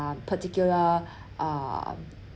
uh particular uh